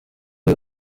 uyu